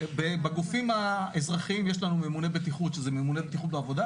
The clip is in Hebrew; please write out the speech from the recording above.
בגופים האזרחיים יש לנו ממונה בטיחות שזה ממונה בטיחות בעבודה,